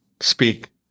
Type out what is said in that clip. Speak